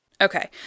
Okay